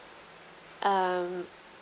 um